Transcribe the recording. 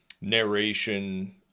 narration